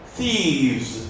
Thieves